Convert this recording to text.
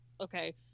okay